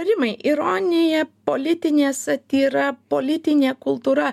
rimai ironija politinė satyra politinė kultūra